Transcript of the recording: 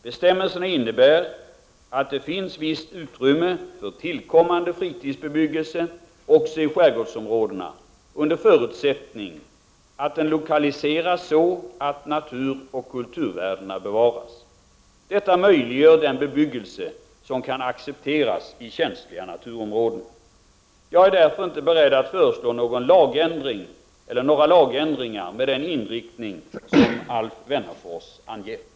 Bestämmelserna innebär att det finns visst utrymme för tillkommande fritidsbebyggelse också i skärgårdsområdena under förutsättning att den lokaliseras så att naturoch kulturvärdena bevaras. Detta möjliggör den bebyggelse som kan accepteras i känsliga naturområden. Jag är därför inte beredd att föreslå några lagändringar med den inriktning som Alf Wennerfors anger.